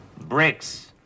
Bricks